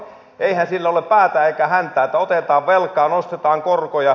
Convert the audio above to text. eihän siinä ole päätä eikä häntää että otetaan velkaa nostetaan korkoja